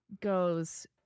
goes